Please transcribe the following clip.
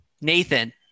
Nathan